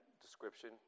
description